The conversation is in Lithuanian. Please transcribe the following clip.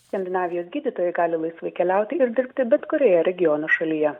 skandinavijos gydytojai gali laisvai keliauti ir dirbti bet kurioje regiono šalyje